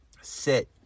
sit